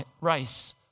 race